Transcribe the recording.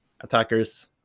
attackers